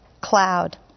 cloud